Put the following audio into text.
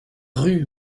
rue